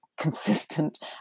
Consistent